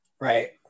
Right